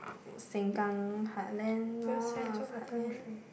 Sengkang heartland-mall heartland